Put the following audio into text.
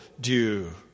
due